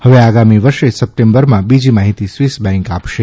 હવે આગામી વર્ષે સપ્ટેમ્બરમાં બીજી માહીતી સ્વીસબેન્ક આપશે